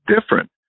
different